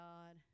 God